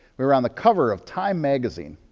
we were on the cover of time magazine.